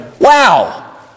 Wow